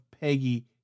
Peggy